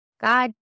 God